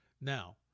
Now